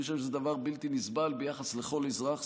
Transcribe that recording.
אני חושב שזה דבר בלתי נסבל ביחס לכל אזרח.